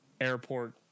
airport